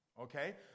okay